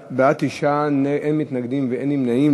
9, אין מתנגדים ואין נמנעים.